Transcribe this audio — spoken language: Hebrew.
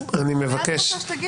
אני מבקש שתכבד --- לאן אתה רוצה להגיע?